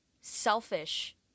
selfish